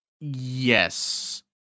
yes